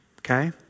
Okay